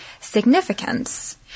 significance